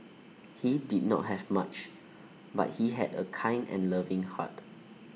he did not have much but he had A kind and loving heart